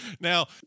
Now